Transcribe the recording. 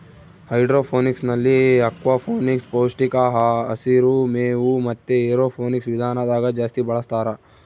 ಹೈಡ್ರೋಫೋನಿಕ್ಸ್ನಲ್ಲಿ ಅಕ್ವಾಫೋನಿಕ್ಸ್, ಪೌಷ್ಟಿಕ ಹಸಿರು ಮೇವು ಮತೆ ಏರೋಫೋನಿಕ್ಸ್ ವಿಧಾನದಾಗ ಜಾಸ್ತಿ ಬಳಸ್ತಾರ